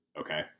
Okay